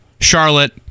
Charlotte